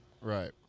Right